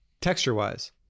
texture-wise